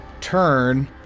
turn